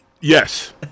Yes